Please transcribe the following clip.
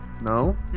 No